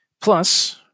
Plus